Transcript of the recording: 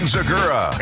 Zagura